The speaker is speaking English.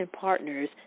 partners